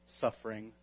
suffering